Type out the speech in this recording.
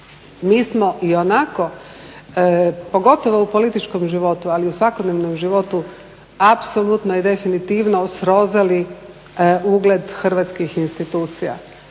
Mi smo ionako pogotovo u političkom životu ali i u svakodnevnom životu apsolutno i definitivno srozali ugled hrvatskih institucija.